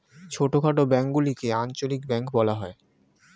ছোটখাটো ব্যাঙ্কগুলিকে আঞ্চলিক ব্যাঙ্ক বলা হয়